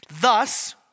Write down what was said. Thus